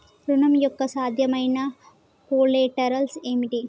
ఋణం యొక్క సాధ్యమైన కొలేటరల్స్ ఏమిటి?